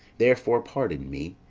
therefore pardon me,